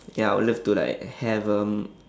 ya I would love to like have um